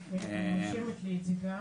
אוקיי, אני רושמת לי את זה גם.